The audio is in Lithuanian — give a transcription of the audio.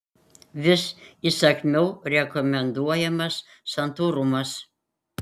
vis įsakmiau rekomenduojamas santūrumas